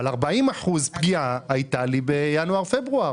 אבל 40% פגיעה הייתה לי בינואר-פברואר